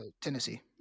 tennessee